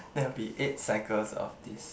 that will be eight cycles of this